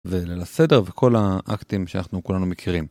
וליל הסדר וכל האקטים שאנחנו כולנו מכירים.